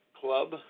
Club